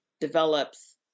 develops